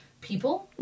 people